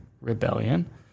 rebellion